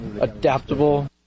adaptable